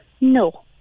No